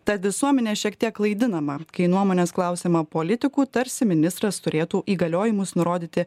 tad visuomenė šiek tiek klaidinama kai nuomonės klausiama politikų tarsi ministras turėtų įgaliojimus nurodyti